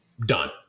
done